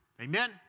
Amen